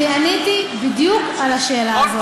עניתי בדיוק על השאלה הזו.